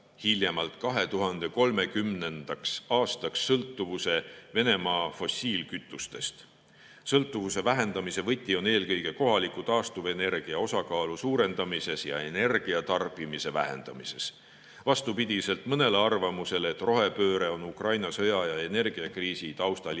hiljemalt 2030. aastaks sõltuvuse Venemaa fossiilkütustest. Sõltuvuse vähendamise võti on eelkõige kohaliku taastuvenergia osakaalu suurendamises ja energiatarbimise vähendamises. Vastupidiselt mõnele arvamusele, et rohepööre on Ukraina sõja ja energiakriisi taustal